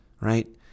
right